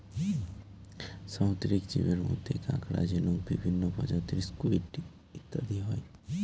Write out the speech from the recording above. সামুদ্রিক জীবের মধ্যে কাঁকড়া, ঝিনুক, বিভিন্ন প্রজাতির স্কুইড ইত্যাদি হয়